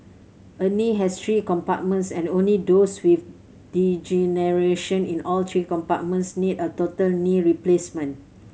a knee has three compartments and only those with degeneration in all three compartments need a total knee replacement